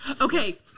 Okay